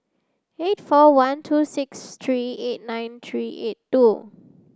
eight four one two six three eight nine three eight two